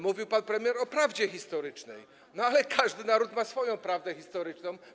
Mówił pan premier o prawdzie historycznej, ale każdy naród ma swoją prawdę historyczną.